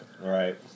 Right